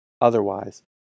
otherwise